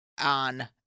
On